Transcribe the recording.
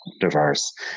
diverse